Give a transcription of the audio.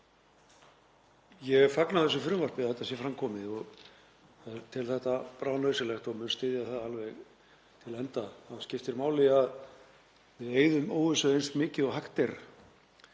Ég fagna þessu frumvarpi og að það sé fram komið og tel þetta bráðnauðsynlegt og mun styðja það alveg til enda. Það skiptir máli að við eyðum óvissu eins mikið og hægt